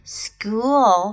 school